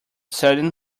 sudden